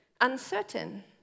uncertain